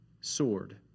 sword